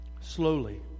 slowly